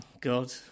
God